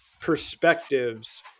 perspectives